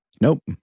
Nope